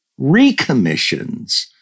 recommissions